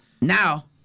now